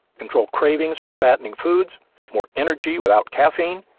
control cravings for fattening foods more energy without caffeine,